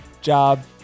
job